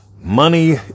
Money